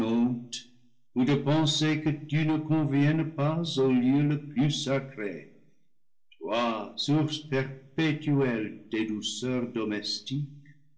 penser que tu ne conviennes pas au lieu le plus sacré toi source perpétuelle des douceurs domestiques